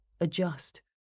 adjust